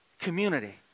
community